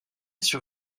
sur